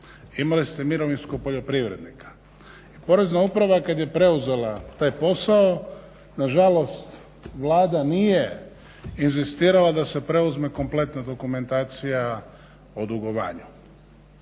imali ste mirovinsko poljoprivrednika. I Porezna uprava kad je preuzela taj posao nažalost Vlada nije inzistirala da se preuzme kompletna dokumentacija o dugovanju